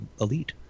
elite